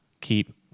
keep